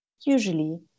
Usually